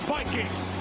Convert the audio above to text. Vikings